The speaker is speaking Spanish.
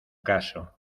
caso